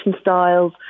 styles